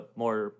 more